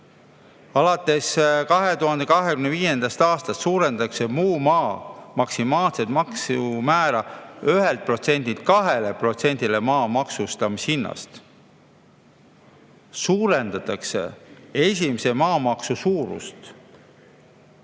Alates 2025. aastast suurendatakse muu maa maksimaalset maksumäära 1%-lt 2%-le maa maksustamishinnast. Suurendatakse esimese maamaksu suurust.